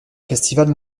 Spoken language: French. festival